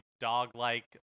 dog-like